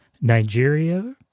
Nigeria